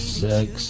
sex